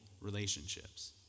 relationships